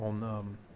On